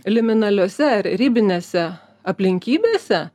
liminaliose ar ribinėse aplinkybėse